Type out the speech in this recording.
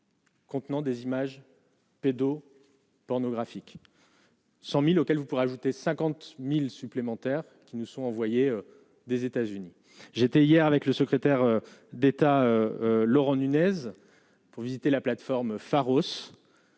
Contenant des images pédo-pornographiques. 100000 auxquels vous pourrez ajouter 50000 supplémentaires qui nous sont envoyés des États-Unis, j'étais hier avec le secrétaire d'État Laurent Nunez pour visiter la plateforme Pharos,